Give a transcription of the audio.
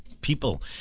people